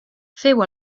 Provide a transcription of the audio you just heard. feu